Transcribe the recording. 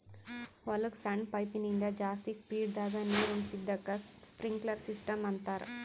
ಹೊಲಕ್ಕ್ ಸಣ್ಣ ಪೈಪಿನಿಂದ ಜಾಸ್ತಿ ಸ್ಪೀಡದಾಗ್ ನೀರುಣಿಸದಕ್ಕ್ ಸ್ಪ್ರಿನ್ಕ್ಲರ್ ಸಿಸ್ಟಮ್ ಅಂತಾರ್